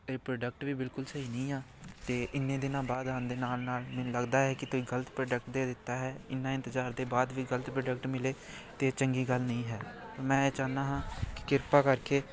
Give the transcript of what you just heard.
ਇਹ ਪ੍ਰੋਡਕਟ ਵੀ ਬਿਲਕੁਲ ਸਹੀ ਨਹੀਂ ਆ ਅਤੇ ਇੰਨੇ ਦਿਨਾਂ ਬਾਅਦ ਆਉਣ ਦੇ ਨਾਲ ਨਾਲ ਮੈਨੂੰ ਲੱਗਦਾ ਹੈ ਕਿ ਤੁਸੀਂ ਗਲਤ ਪ੍ਰੋਡਕਟ ਦੇ ਦਿੱਤਾ ਹੈ ਇੰਨਾ ਇੰਤਜ਼ਾਰ ਦੇ ਬਾਅਦ ਵੀ ਗਲਤ ਪ੍ਰੋਡਕਟ ਮਿਲੇ ਤਾਂ ਚੰਗੀ ਗੱਲ ਨਹੀਂ ਹੈ ਮੈਂ ਇਹ ਚਾਹੁੰਦਾ ਹਾਂ ਕਿ ਕਿਰਪਾ ਕਰਕੇ